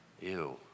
Ew